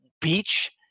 beach